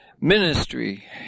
ministry